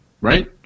right